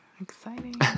Exciting